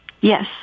Yes